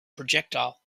projectile